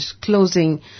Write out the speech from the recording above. closing